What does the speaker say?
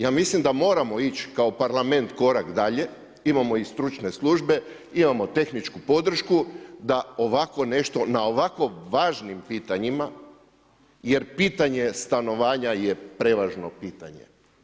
Ja mislim moramo ići kao parlament korak dalje, imamo i stručne službe, imamo tehničku podršku, da ovako nešto na ovako važnim pitanjima, jer pitanje stanovanje je prevažno pitanje.